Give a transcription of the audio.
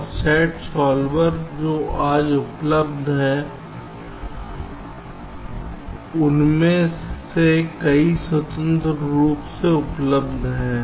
और SAT solver जो आज उपलब्ध हैं उनमें से कई स्वतंत्र रूप से उपलब्ध हैं